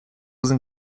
sind